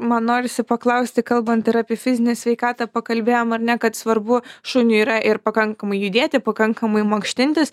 man norisi paklausti kalbant ir apie fizinę sveikatą pakalbėjom ar ne kad svarbu šuniui yra ir pakankamai judėti pakankamai mankštintis